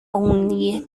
only